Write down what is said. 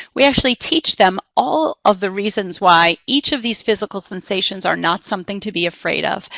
we actually teach them all of the reasons why each of these physical sensations are not something to be afraid of,